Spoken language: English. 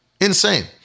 insane